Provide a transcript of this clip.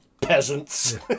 peasants